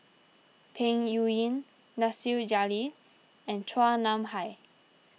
Peng Yuyun Nasir Jalil and Chua Nam Hai